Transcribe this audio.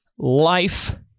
Life